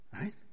Right